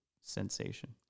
sensation